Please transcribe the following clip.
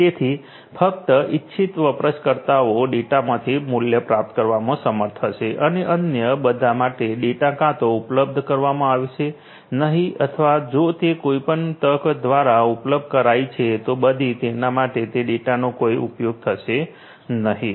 તેથી ફક્ત ઇચ્છિત વપરાશકર્તાઓ ડેટામાંથી મૂલ્ય પ્રાપ્ત કરવામાં સમર્થ હશે અને અન્ય બધા માટે ડેટા કાં તો ઉપલબ્ધ કરાવવામાં આવશે નહીં અથવા જો તે કોઈપણ તક દ્વારા ઉપલબ્ધ કરાઈ છે તો પછી તેમના માટે તે ડેટાનો કોઈ ઉપયોગ હશે નહીં